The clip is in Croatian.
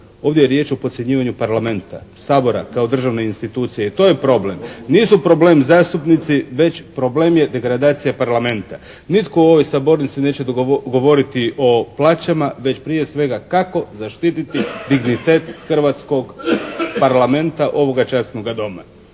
Ovdje je riječ o podcjenjivanju Parlamenta, Sabora kao državne institucije i to je problem. Nisu problem zastupnici već problem je degradacija Parlamenta. Nitko u ovoj sabornici neće govoriti o plaćama već prije svega kako zaštititi dignitet Hrvatskog parlamenta, ovoga časnoga Doma.